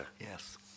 yes